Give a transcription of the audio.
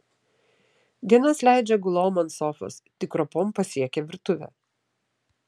dienas leidžia gulom ant sofos tik ropom pasiekia virtuvę